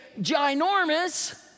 ginormous